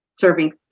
serving